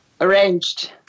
arranged